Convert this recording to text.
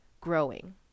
growing